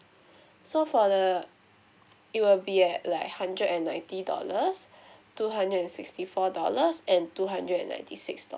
so for the it will be at like hundred and ninety dollars two hundred and sixty four dollars and two hundred and ninety sixth do~